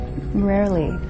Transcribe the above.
rarely